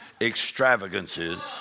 extravagances